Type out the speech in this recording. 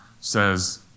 says